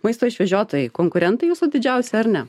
maisto išvežiotojai konkurentai jūsų didžiausi ar ne